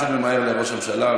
השר פשוט ממהר לראש הממשלה,